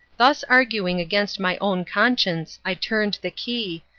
thus arguing against my own conscience, i turned the key,